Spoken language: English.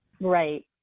Right